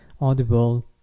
Audible